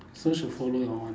so should follow your one